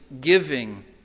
giving